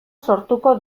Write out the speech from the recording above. sortuko